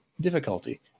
difficulty